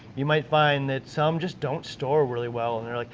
you might find that some just don't store really well and they like,